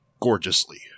gorgeously